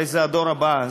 הרי זה הדור הבא.